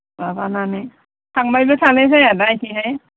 माबानानै थांबायबो थानाय जाया ना बेथिंहाय